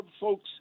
folks